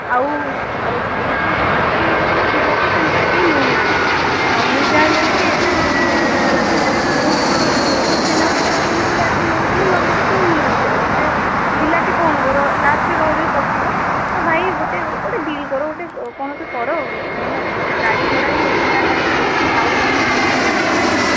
ଆଉ ଏଇ ଯେଉଁ ଋତୁ ଆପଣ ଜାଣିଛନ୍ତି ବିଲାତି ସେମିତିରେ କେହି ନେଉନାହାଁନ୍ତି ଆଉ ମୁଁ ଯାହା ନେଉଛି ଏଇଠୁ ଲୋକଙ୍କୁ ସେମିତିରେ ବି ବହୁତ ଚିହ୍ନା ପରିଚୟ ଅଛନ୍ତି ବୋଲି ଆସି ନେଉଛନ୍ତି ନ ହେଲେ ବି କେହି ନିଅନ୍ତିନି ସେ ବିଲାତି କ'ଣ ହେବ ଲାଷ୍ଟରେ ରହି ରହି ପଚିବ ତ ଭାଇ ଗୋଟେ ଗୋଟେ ଡିଲ୍ କର ଗୋଟେ କ'ଣ ଗୋଟେ କର କାହିଁକି ନା ଗାଡ଼ି ଭଡ଼ା ବି ଅଛି ତା'ସାଙ୍ଗରେ ମୁଁ ପୁଣି ଆଉ ବି ଜିନିଷ ନେଉଛି ସାଙ୍ଗରେ